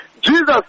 Jesus